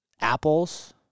apples